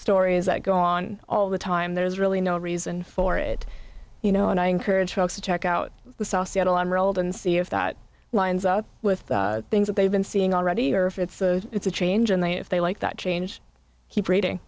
stories that go on all the time there's really no reason for it you know and i encourage folks to check out the south seattle on rolled and see if that lines up with the things that they've been seeing already or if it's it's a change in they if they like that change he braiding